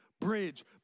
bridge